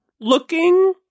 looking